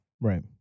Right